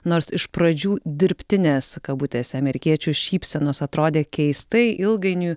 nors iš pradžių dirbtinės kabutėse amerikiečių šypsenos atrodė keistai ilgainiui